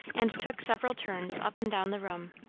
and took several turns up and down the room,